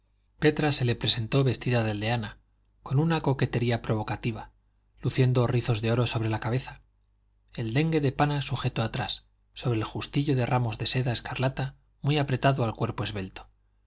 petra se le presentó vestida de aldeana con una coquetería provocativa luciendo rizos de oro sobre la cabeza el dengue de pana sujeto atrás sobre el justillo de ramos de seda escarlata muy apretado al cuerpo esbelto